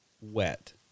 wet